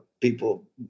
people